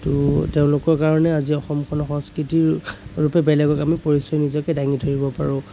ত' তেওঁলোকৰ কাৰণে আজি অসম এখন সংস্কৃতিৰ ৰূপে বেলেগক আমি পৰিচয় নিজকে দাঙি ধৰিব পাৰোঁ